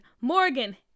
Morgan